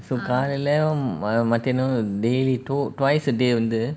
காலைல மத்தியானம்:kalaila mathiyanam daily two twice a day வந்து:vanthu